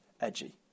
edgy